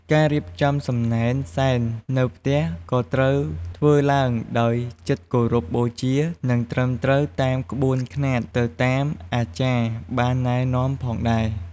ការរៀបចំសំណែនសែននៅផ្ទះក៏ត្រូវធ្វើឡើងដោយចិត្តគោរពបូជា និងត្រឹមត្រូវតាមក្បួនខ្នាតទៅតាមអាចារ្យបានណែនាំផងដែរ។